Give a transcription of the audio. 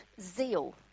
zeal